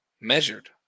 measured